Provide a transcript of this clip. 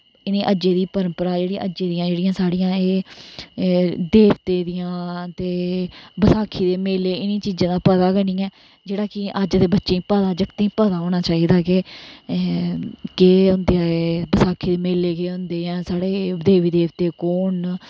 इनें अज्जे दी परंपरा जेह्ड़ी अज्जे दियां जेह्ड़ियां साढ़ियां एह् देवते दियां ते बसाखी दे मेले इनैं चीजें दा पता गै नी ऐ जेह्ड़ी कि अज दे बच्चें गी पता जागतेंई पता होना चाहिदा के केह् होंदा बसाखी दे मेले केह् होंदे जां साढ़े देवी देवते कुन न